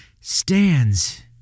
stands